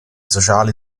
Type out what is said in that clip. sociali